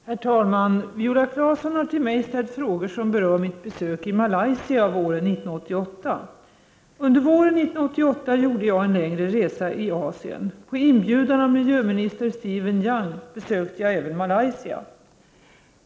Herr talman! Viola Claesson har till mig ställt frågor som berör mitt besök i Malaysia våren 1988. Under våren 1988 gjorde jag en längre resa i Asien. På inbjudan av miljöminister Stephen Yong besökte jag även Malaysia.